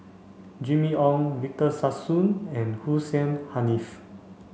Jimmy Ong Victor Sassoon and Hussein Haniff